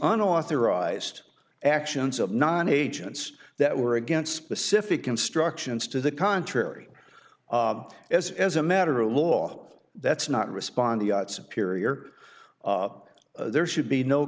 unauthorized actions of nine agents that were against specific instructions to the contrary as as a matter of law that's not respond the superior there should be no